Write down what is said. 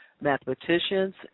mathematicians